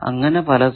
അങ്ങനെ പലതും